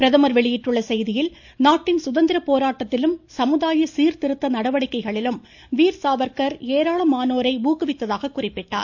பிரதமர் வெளியிட்டுள்ள செய்தியில் நாட்டின் சுதந்திர போராட்டத்திலும் சமுதாய சீர்திருத்த நடவடிக்கைகளிலும் வீர் சாவர்கர் ஏராளமானோரை ஊக்குவித்ததாக குறிப்பிட்டார்